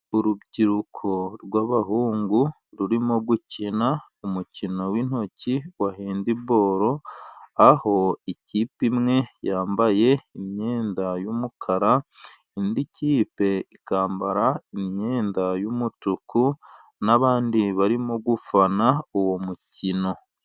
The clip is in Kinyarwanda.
Urubyiruko rw'abahungu rurimo gukina umukino w'intoki wa hendi boro, aho ikipe imwe yambaye imyenda y'umukara, indi kipe ikambara imyenda y'umutuku n'abandi barimo gufana uwo mukino.